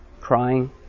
crying